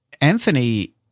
Anthony